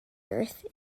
earth